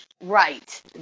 Right